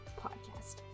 Podcast